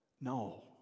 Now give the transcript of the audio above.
no